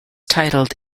titled